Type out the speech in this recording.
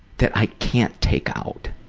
that i can't take out.